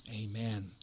Amen